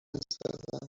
نزدم